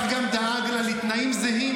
תגידו לי,